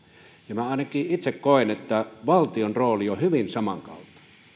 minä ainakin itse koen että valtion rooli on hyvin samankaltainen